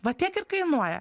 va tiek ir kainuoja